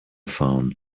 phone